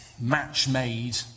match-made